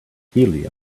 helium